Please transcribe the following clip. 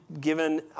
given